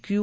Q